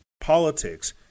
Politics